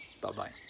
Bye-bye